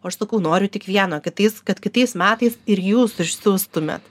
o aš sakau noriu tik vieno kitais kad kitais metais ir jūs išsiųstumėt